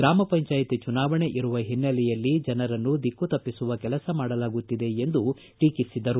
ಗ್ರಾಮ ಪಂಚಾಯಿತಿ ಚುನಾವಣೆ ಇರುವ ಹಿನ್ನೆಲೆಯಲ್ಲಿ ಜನರನ್ನು ದಿಕ್ಕು ತಪ್ಪಿಸುವ ಕೆಲಸ ಮಾಡಲಾಗುತ್ತಿದೆ ಎಂದು ಟೀಕಿಸಿದರು